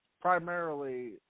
primarily